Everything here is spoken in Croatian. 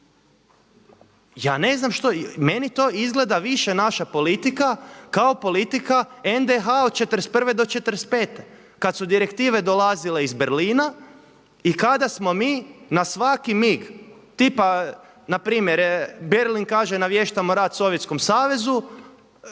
ja ne znam što, meni to izgleda više naša politika kao politika NDH od '41. do '45. kada su direktive dolazile iz Berlina i kada smo mi na svaki mig tipa npr. Berlin kaže naviještamo rat Sovjetskom savezu,